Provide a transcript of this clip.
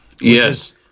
Yes